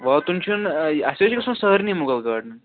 واتُن چھُنہٕ اَسہِ حظ چھُ گَژھُن سارنٕے مُغل گارڑنَن